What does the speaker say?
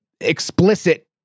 explicit